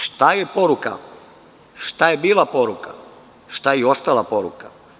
Šta je poruka, šta je bila poruka, šta je ostala poruka?